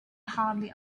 hardly